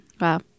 wow